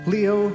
Leo